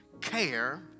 care